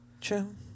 True